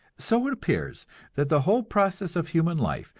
so it appears that the whole process of human life,